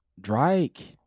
Drake